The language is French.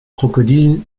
crocodiles